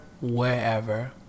wherever